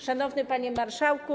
Szanowny Panie Marszałku!